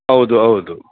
ಹೌದು ಹೌದು